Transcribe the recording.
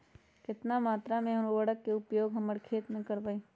कितना मात्रा में हम उर्वरक के उपयोग हमर खेत में करबई?